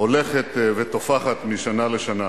שהולכת ותופחת משנה לשנה,